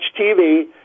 TV